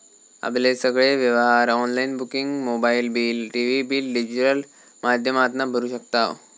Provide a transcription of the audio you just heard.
आपले सगळे व्यवहार online booking mobile bill, TV bill digital माध्यमातना भरू शकताव